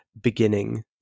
beginning